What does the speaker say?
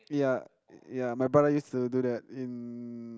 ya ya my brother used to do that in